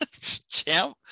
champ